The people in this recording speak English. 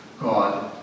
God